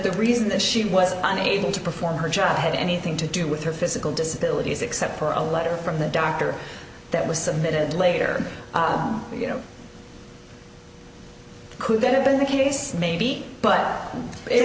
the reason that she was unable to perform her job had anything to do with her physical disability except for a letter from the doctor that was submitted later that you know could have the case may be but it